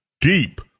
deep